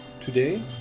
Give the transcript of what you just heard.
Today